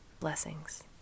blessings